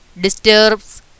disturbs